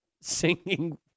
singing